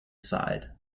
side